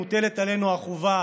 מוטלת עלינו החובה,